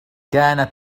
كانت